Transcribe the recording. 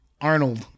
Arnold